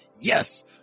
yes